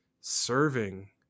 serving